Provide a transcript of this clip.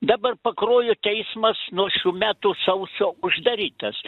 dabar pakruojo teismas nuo šių metų sausio uždarytas